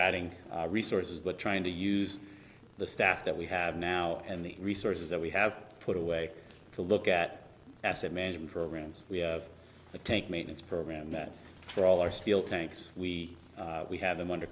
adding resources but trying to use the staff that we have now and the resources that we have put away to look at asset management programs we have to take maintenance program that for all our steel tanks we we have them under